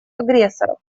агрессоров